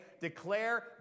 declare